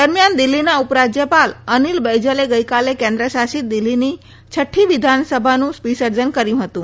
દરમિયાન દિલ્હીના ઉપરાજ્યપાલ અનિલ બૈજલે ગઇકાલે કેન્દ્ર શાસિત દિલ્ફીની છઠ્ઠી વિધાનસભાનું વિસર્જન કર્યું હતું